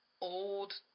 old